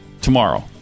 tomorrow